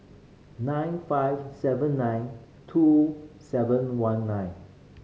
nine five seven nine two seven one nine